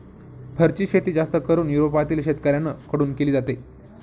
फरची शेती जास्त करून युरोपातील शेतकऱ्यांन कडून केली जाते